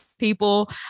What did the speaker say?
people